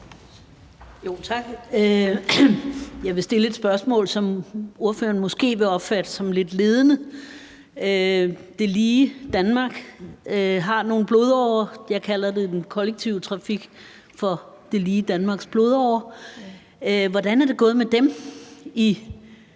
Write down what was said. Jeg vil stille et spørgsmål, som ordføreren måske vil opfatte som lidt ledende. Det lige Danmark har nogle blodårer. Jeg kalder den kollektive trafik for det lige Danmarks blodårer. Hvordan er det gået med dem i